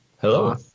Hello